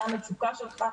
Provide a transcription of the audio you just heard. מה המצוקה שלך,